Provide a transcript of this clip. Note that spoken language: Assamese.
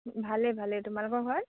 ভালে ভালে তোমালোকৰ ঘৰত